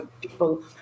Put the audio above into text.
People